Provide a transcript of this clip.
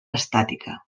estàtica